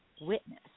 witness